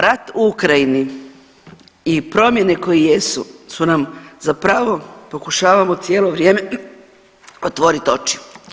Rat u Ukrajini i promjene koje jesu su nam zapravo, pokušavamo cijelo vrijeme otvoriti oči.